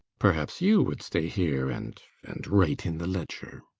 perhaps you would stay here and and write in the ledger?